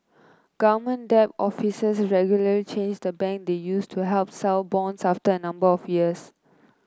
government debt officers regularly change the bank they use to help sell bonds after a number of years